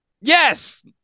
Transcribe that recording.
Yes